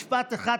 משפט אחד קצר.